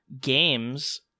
games